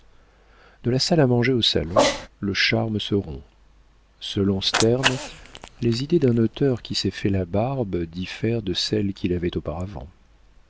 de la salle à manger au salon le charme se rompt selon sterne les idées d'un auteur qui s'est fait la barbe diffèrent de celles qu'il avait auparavant